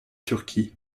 turquie